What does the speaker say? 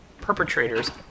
perpetrators